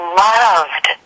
loved